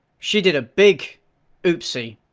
she did a big oopsie.